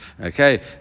Okay